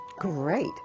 Great